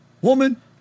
woman